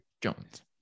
Jones